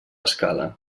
escala